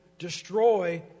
destroy